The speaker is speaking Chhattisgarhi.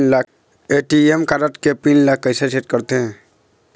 ए.टी.एम कारड के पिन ला कैसे सेट करथे?